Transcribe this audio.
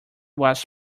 was